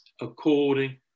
according